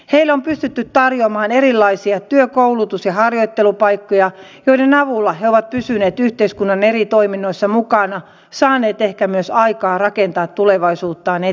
heille on pystytty tarjoamaan erilaisia työ koulutus ja harjoittelupaikkoja joiden avulla he ovat pysyneet yhteiskunnan eri toiminnoissa mukana saaneet ehkä myös aikaa rakentaa tulevaisuuttaan eteenpäin